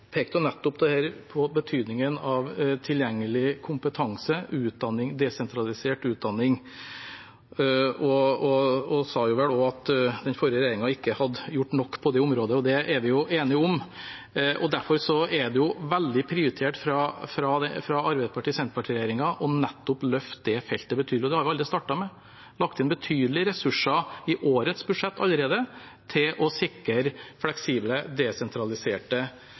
pekte nettopp på betydningen av tilgjengelig kompetanse, utdanning, desentralisert utdanning, og sa at den forrige regjeringen ikke hadde gjort nok på det området. Det er vi jo enige om, og derfor er det veldig prioritert fra Arbeiderparti–Senterparti-regjeringen nettopp å løfte det feltet betydelig. Det har vi allerede startet med. Vi har lagt inn betydelige ressurser i årets budsjett allerede for å sikre fleksible og desentraliserte